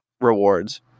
rewards